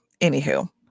Anywho